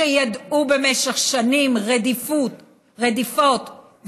שידעו במשך שנים רדיפות ופליטות,